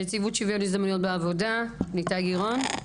בבקשה, נציבות שוויון הזדמנויות, ניתאי גירון.